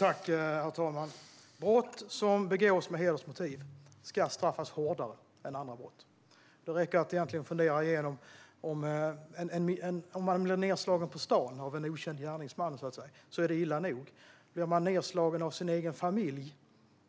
Herr talman! Brott som begås med hedersmotiv ska straffas hårdare än andra brott. Om man blir nedslagen på stan av en okänd gärningsman är det illa nog. Blir man nedslagen av sin egen familj,